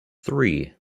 three